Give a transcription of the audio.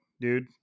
dude